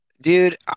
Dude